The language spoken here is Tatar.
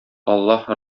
аллаһ